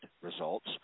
results